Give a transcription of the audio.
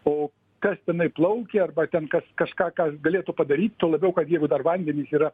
o kas tenai plaukė arba ten kas kažką kas galėtų padaryt tuo labiau kad jeigu dar vandenys yra